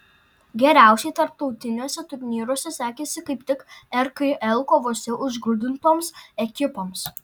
geriausiai tarptautiniuose turnyruose sekėsi kaip tik rkl kovose užgrūdintoms ekipoms